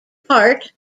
part